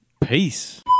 Peace